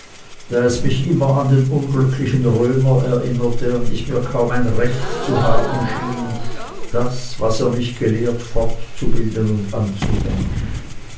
da es mich immer an den unglücklichen römer erinnerte und ich mir kaum ein recht zu haben schien das was er mich gelehrt fortzubilden und anzuwenden